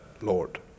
Lord